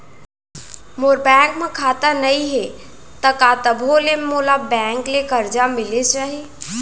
मोर bank म खाता नई हे त का तभो ले मोला बैंक ले करजा मिलिस जाही?